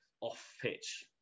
off-pitch